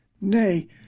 nay